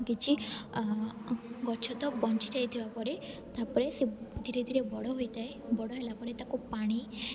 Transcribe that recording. କିଛି ଗଛ ତ ବଞ୍ଚିଯାଇଥିବା ପରେ ତାପରେ ସେ ଧୀରେ ଧୀରେ ବଡ଼ ହୋଇଥାଏ ବଡ଼ ହେଲା ପରେ ତାକୁ ପାଣି